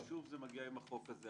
ושוב זה מגיע עם החוק הזה.